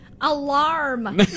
Alarm